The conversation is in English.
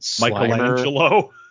Michelangelo